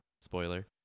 spoiler